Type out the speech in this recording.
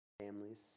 families